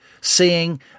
seeing